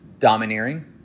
domineering